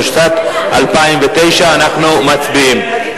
התשס"ט 2009. אנחנו מצביעים.